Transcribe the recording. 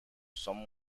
son